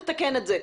נתקן את זה.